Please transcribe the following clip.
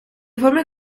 former